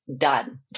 done